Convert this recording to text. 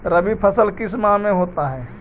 रवि फसल किस माह में होता है?